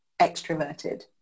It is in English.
extroverted